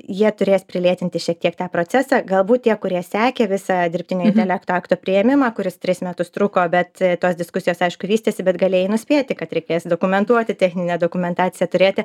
jie turės prilėtinti šiek tiek tą procesą galbūt tie kurie sekė visą dirbtinio intelekto akto priėmimą kuris tris metus truko bet tos diskusijos aišku vystėsi bet galėjai nuspėti kad reikės dokumentuoti techninę dokumentaciją turėti